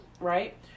Right